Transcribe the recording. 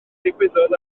ddigwyddodd